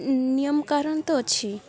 ନିୟମ କ'ଣ ତ ଅଛି